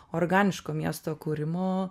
organiško miesto kūrimu